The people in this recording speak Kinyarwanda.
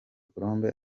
colombe